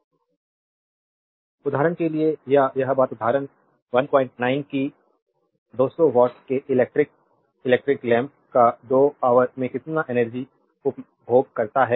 slide time देखें 0023 उदाहरण के लिए या यह बात उदाहरण 19 कि 200 वाट के इलेक्ट्रिक लैंप का 2 ऑवर में कितना एनर्जी उपभोग करता है